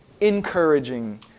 encouraging